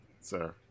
Sir